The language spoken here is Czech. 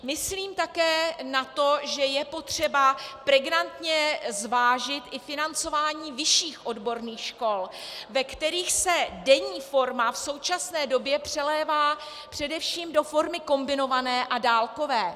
Myslím také na to, že je potřeba pregnantně zvážit i financování vyšších odborných škol, ve kterých se denní forma v současné době přelévá především do formy kombinované a dálkové.